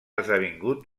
esdevingut